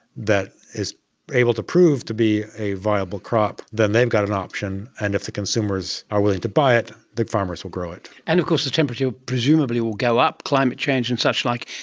that is able to prove to be a viable crop, then they've got an option, and if the consumers are willing to buy it, the farmers will grow it. and of course the temperature presumably will go up, climate change and suchlike,